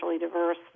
diverse